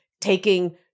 taking